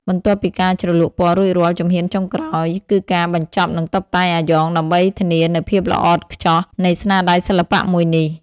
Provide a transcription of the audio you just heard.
បន្ទាប់ពីការជ្រលក់ពណ៌រួចរាល់ ជំហានចុងក្រោយគឺការបញ្ចប់និងតុបតែងអាយ៉ងដើម្បីធានានូវភាពល្អឥតខ្ចោះនៃស្នាដៃសិល្បៈមួយនេះ។